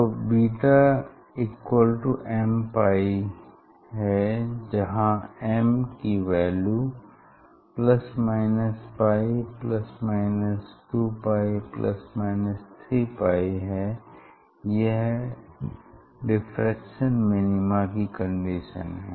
तो βmπ जहाँ m की वैल्यू ± π ±2π ±3π है यह डिफ्रैक्शन मिनिमा की कंडीशन है